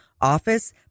office